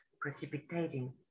precipitating